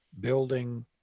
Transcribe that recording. building